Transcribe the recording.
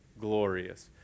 glorious